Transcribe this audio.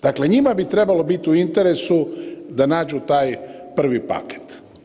Dakle, njima bi trebalo biti u interesu da nađu taj prvi paket.